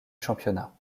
championnat